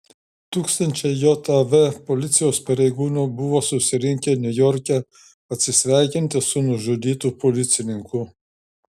tūkstančiai jav policijos pareigūnų buvo susirinkę niujorke atsisveikinti su nužudytu policininku